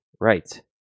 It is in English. Right